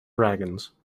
dragons